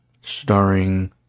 starring